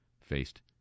faced